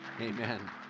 Amen